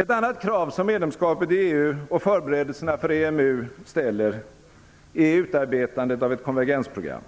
Ett annat krav som medlemskapet i EU och förberedelserna för EMU ställer är utarbetandet av ett konvergensprogram.